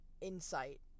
insight